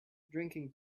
drinking